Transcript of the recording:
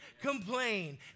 complain